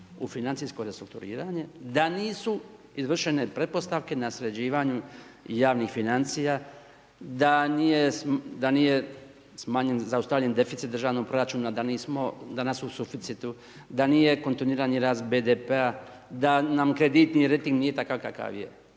u financijsko restrukturiranje da nisu izvršene pretpostavke na sređivanju javnih financija, da nije zaustavljen deficit državnog proračuna, danas smo u suficitu, da nije kontinuirani rast BDP-a, da nam krediti i rejting nije takav kakav je.